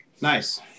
nice